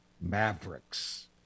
Mavericks